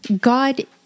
God